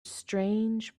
strange